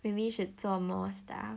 maybe should 做 more stuff